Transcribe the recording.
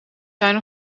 zijn